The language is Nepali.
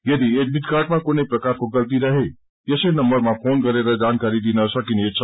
यदि एडमिट कार्डमा कुनै प्रकारको गल्ती रहे यसै नम्बरमा ोन गरेर जानकारी दिन सकिनेछ